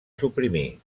suprimir